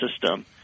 system